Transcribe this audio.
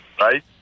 Right